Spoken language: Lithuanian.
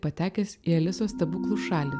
patekęs į alisos stebuklų šalį